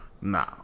Nah